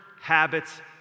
habits